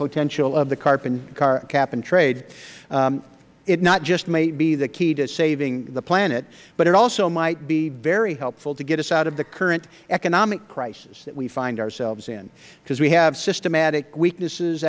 potential of the carbon cap and trade it might just be the key to saving the planet but it also might be very helpful to get us out of the current economic crisis that we find ourselves in because we have systematic weaknesses